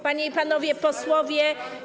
Panie i Panowie Posłowie!